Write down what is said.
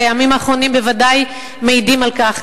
והימים האחרונים בוודאי מעידים על כך,